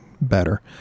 better